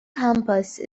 campus